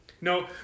No